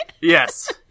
Yes